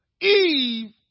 Eve